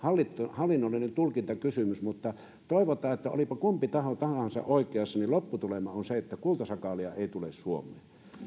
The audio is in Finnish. hallinnollinen tulkintakysymys mutta toivotaan että olipa kumpi taho tahansa oikeassa niin lopputulema on se että kultasakaalia ei tule suomeen